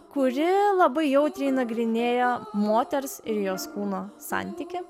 kuri labai jautriai nagrinėjo moters ir jos kūno santykį